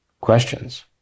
questions